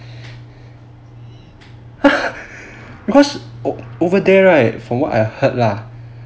because over there right from what I heard lah